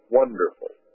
wonderful